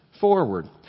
forward